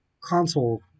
console